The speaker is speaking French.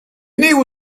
néo